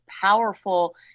powerful